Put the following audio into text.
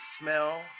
smell